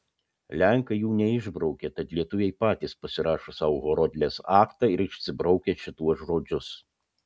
lenkai jų neišbraukė tad lietuviai patys pasirašo sau horodlės aktą ir išsibraukia šituos žodžius